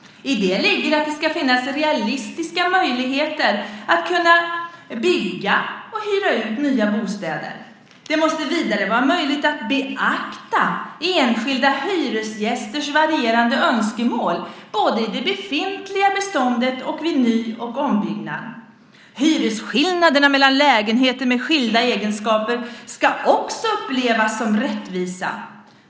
I det ligger att det ska finnas realistiska möjligheter att kunna bygga och hyra ut nya hyresbostäder. Det måste vidare vara möjligt att beakta enskilda hyresgästers varierande önskemål, både i det befintliga beståndet och vid ny och ombyggnad. Hyresskillnaderna mellan lägenheter med skilda egenskaper ska också upplevas som rättvisa.